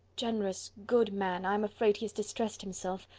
generous, good man, i am afraid he has distressed himself.